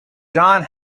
john